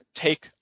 take